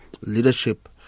leadership